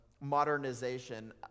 modernization